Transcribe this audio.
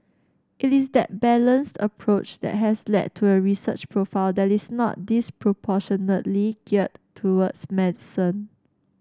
it is that balanced approach that has led to a research profile that is not disproportionately geared towards medicine